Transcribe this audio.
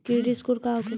Credit score का होखेला?